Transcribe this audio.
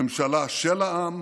ממשלה של העם,